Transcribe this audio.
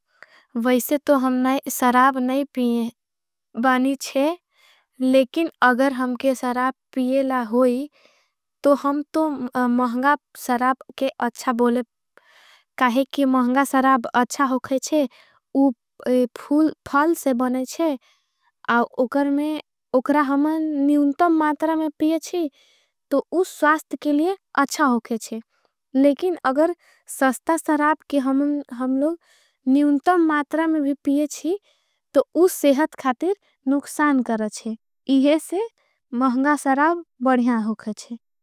वैसे तो हम सराब नहीं पियें बानी चे लेकिन अगर हमके सराब। पियेला होई तो हम तो महंगा सराब के अच्छा बोलें काहे कि महंगा। सराब अच्छा होकेचे वो फूल फाल से बनेचे उकरा हमन निउंतम। मातरा में पियेची तो उस स्वास्त के लिए अच्छा होकेचे लेकिन अगर। सस्ता सराब के हमन हमलोग निउंतम मातरा में भी पियेची तो। उस सेहत खातिर नुकसान करेचे इहे से महंगा सराब बढ़िया होकेचे।